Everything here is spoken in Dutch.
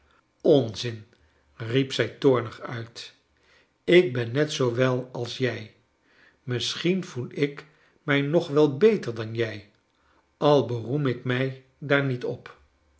onzin riep zij toornig uit ik ben net zoo wel als jij misschien voel ik mij nog wel beter dan jij al beroem ik mij daar niet op